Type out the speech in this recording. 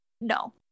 no